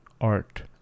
art